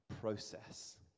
process